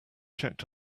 checked